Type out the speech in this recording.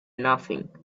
nothing